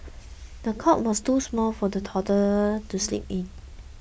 the cot was too small for the toddler to sleep in